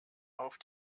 auf